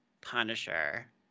Punisher